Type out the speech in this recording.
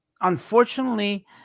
unfortunately